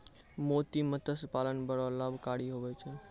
मोती मतस्य पालन बड़ो लाभकारी हुवै छै